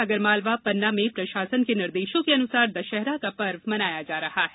आगरमालवा पन्ना में प्रशासन के निर्देशों के अनुसार दशहरा का पर्व मनाया जा रहा है